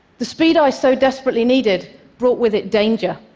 the speed i so desperately needed brought with it danger.